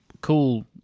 cool